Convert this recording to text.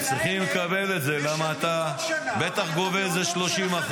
הם צריכים לקבל את זה כי הוא בטח גובה איזה 30%,